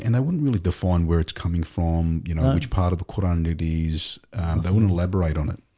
and they wouldn't really define where it's coming from you know, which part of the quran and dedes they wouldn't elaborate on it